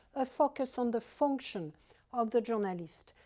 a focus on the function of the journalist.